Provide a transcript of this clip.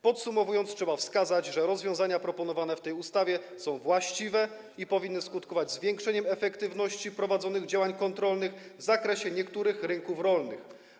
Podsumowując, trzeba wskazać, że rozwiązania proponowane w tej ustawie są właściwe i powinny skutkować zwiększeniem efektywności prowadzonych działań kontrolnych w zakresie niektórych rynków rolnych.